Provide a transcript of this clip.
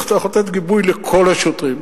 איך אתה יכול לתת גיבוי לכל השוטרים?